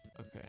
Okay